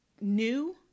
new